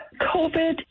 COVID